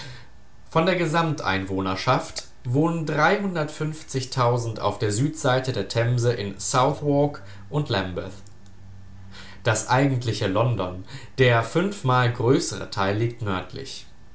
von der gesamt einwohnerschaft wohnen auf der südseite der themse in southwark und lambeth das eigentliche london der fünfmal größere teil liegt nördlich